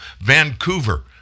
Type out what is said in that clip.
Vancouver